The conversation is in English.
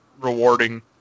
rewarding